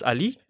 Ali